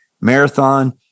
Marathon